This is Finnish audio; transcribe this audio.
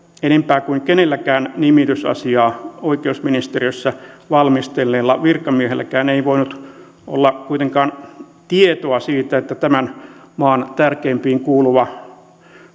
enempää kuin kenelläkään nimitysasiaa oikeusministeriössä valmistelleella virkamiehelläkään ei voinut olla kuitenkaan tietoa siitä että tämän maan tärkeimpiin kuuluvan